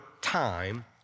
time